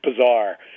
bizarre